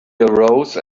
arose